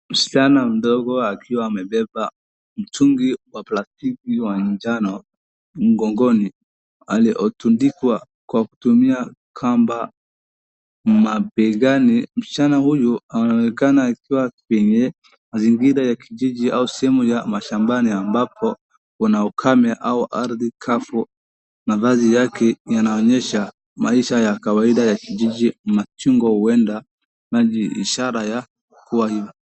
Msichana mdogo akiwa amebeba mtungi wa plastiki wa manjano mgongoni alioutundika kwa kutumia kamba mabegani. Msichana huyu anaonekana akiwa kwenye mazingira ya kijiji au sehemu ya mashambani ambapo kuna ukame au ardhi kavu. Mavazi yake yanaonyesha maisha ya kawaida ya kijiji na shingo huenda maji ishara ya kuwa hivo.